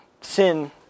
sin